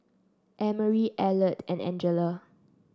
Emory Elliott and Angela